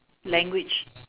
language